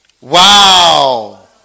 Wow